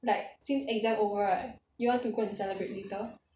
like since exam over you want to go and celebrate later